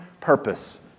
purpose